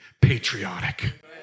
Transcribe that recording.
patriotic